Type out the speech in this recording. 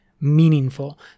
meaningful